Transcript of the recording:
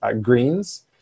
greens